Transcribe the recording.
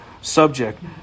subject